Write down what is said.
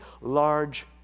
large